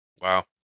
Wow